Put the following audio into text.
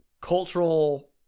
cultural